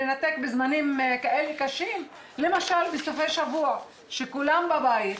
לנתק בזמנים כאלה קשים למשל בסופי שבוע שכולם בבית,